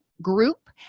Group